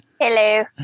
Hello